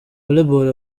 volleyball